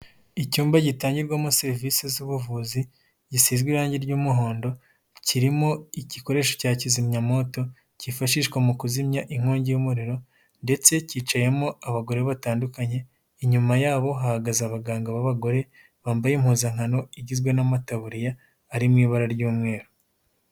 Icyumba gitangirwamo serivisi z'ubuvuzi gisizwe irangi ry'umuhondo kirimo igikoresho cya kizimyamwoto kifashishwa mu kuzimya inkongi y'umuriro ndetse kicayemo abagore batandukanye, inyuma yabo hahagaze abaganga b'abagore bambaye impuzankano igizwe n'amataburiya ari mu ibara ry'umweru.